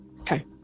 Okay